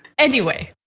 anyway,